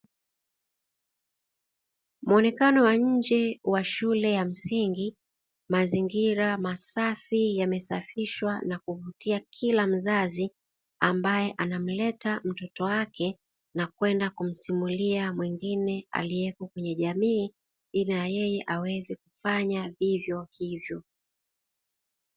Muonekano wa nje ya shule ya msingi. Mzingira masafi yamesafishwa na kumvutia kila mzazi ambae anamleta mtoto wake na kwenda kumsimulia mwingine aliyeko kwenye jamii, ili na yeye aweze kufanya vivyo hivyo.